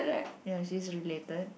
ya she's related